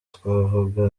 twavuga